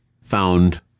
found